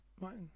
right